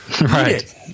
Right